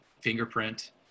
fingerprint